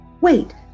Wait